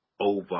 over